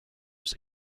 was